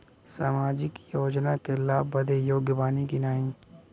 सामाजिक योजना क लाभ बदे योग्य बानी की नाही?